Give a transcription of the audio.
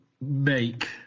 make